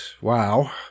wow